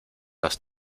las